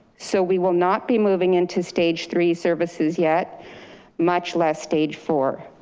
so we will not be moving into stage three services yet much less stage four.